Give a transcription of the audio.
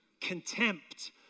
Contempt